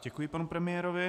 Děkuji panu premiérovi.